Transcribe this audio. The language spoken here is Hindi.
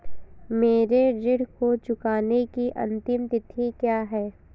मेरे ऋण को चुकाने की अंतिम तिथि क्या है?